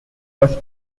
was